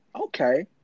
Okay